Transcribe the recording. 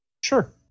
Sure